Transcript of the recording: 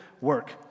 work